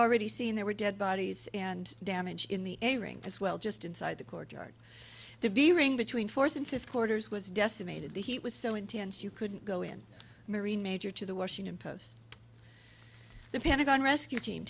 already seen there were dead bodies and damage in the airing as well just inside the courtyard the veering between fourth and fifth quarters was decimated the heat was so intense you couldn't go in marine major to the washington post the pentagon rescue team